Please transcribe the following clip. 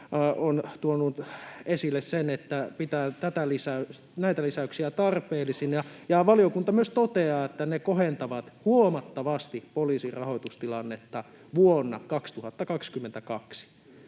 on tuonut esille sen, että pitää näitä lisäyksiä tarpeellisina. Valiokunta myös toteaa, että ne kohentavat huomattavasti poliisin rahoitustilannetta vuonna 2022.